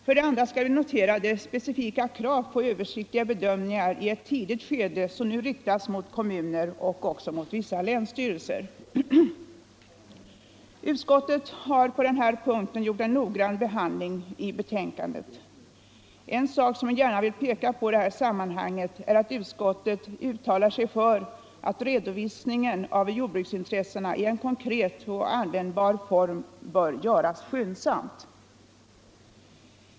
För det andra skall vi notera de specifika krav på översiktliga bedömningar i ett tidigt skede som nu riktas mot kommuner och vissa länsstyrelser. Utskottet har på den punkten i betänkandet redovisat en noggrann behandling. En sak som jag gärna vill peka på i det här sammanhanget är att utskottet uttalar sig för att redovisningen av jordbruksintressena i en konkret och användbar form bör göras skyndsamt.